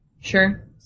Sure